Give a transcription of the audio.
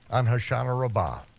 on hoshana rabbah,